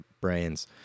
brains